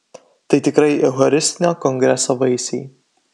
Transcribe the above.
tai tikrai eucharistinio kongreso vaisiai